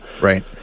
right